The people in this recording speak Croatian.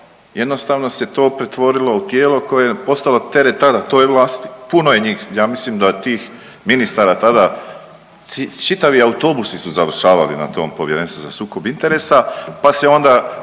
jednostavno se to pretvorilo u tijelo koje je postalo teret tada toj vlasti, puno je njih, ja mislim da je tih ministara tada, čitavi autobusi su završavali na tom Povjerenstvu za sukob interesa, pa se onda